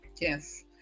Yes